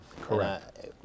Correct